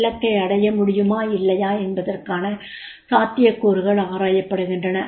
இலக்கை அடைய முடியுமா இல்லையா என்பதற்கான சாத்தியக்கூறுகள் ஆராயப்படுகின்றன